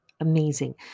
Amazing